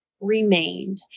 remained